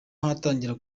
hatangira